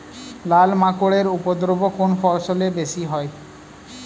লাল মাকড় এর উপদ্রব কোন ফসলে বেশি হয়?